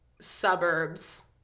suburbs